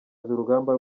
urugamba